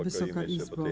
Wysoka Izbo!